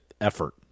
effort